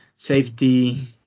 safety